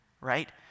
right